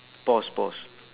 paws paws